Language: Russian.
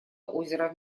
озеро